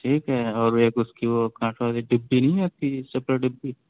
ٹھیک ہے اور ایک اس کی وہ کانٹوں والی ڈبی نہیں آتی ہے سفید ڈبی